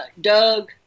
Doug